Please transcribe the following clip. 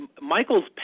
Michael's